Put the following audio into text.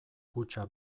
kutxa